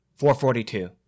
442